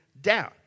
down